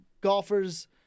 golfers